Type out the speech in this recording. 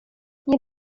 nie